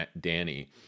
Danny